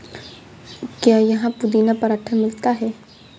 क्या यहाँ पुदीना पराठा मिलता है?